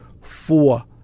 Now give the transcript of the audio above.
Four